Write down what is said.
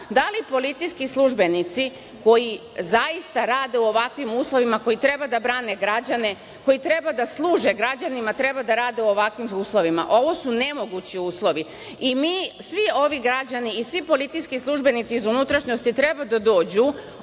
Da li policijski službenici koji zaista rade u ovakvim uslovima, koji treba da brane građane, koji treba da služe građanima, treba da rade u ovakvim uslovima? Ovo su nemogući uslovi. Svi ovi građani i svi policijski službenici iz unutrašnjosti treba da dođu